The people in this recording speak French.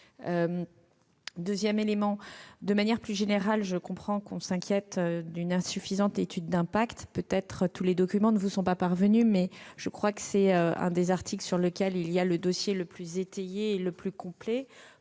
eu lieu. De manière plus générale, je comprends que l'on s'inquiète d'une insuffisante étude d'impact. Peut-être tous les documents ne vous sont-ils pas parvenus, mais c'est l'un des articles pour lequel le dossier est le plus étayé et le plus complet.